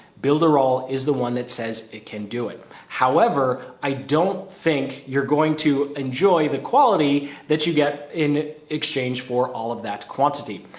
builder all is the one that says it can do it. however, i don't think you're going to enjoy the quality that you get in exchange for all of that quantity.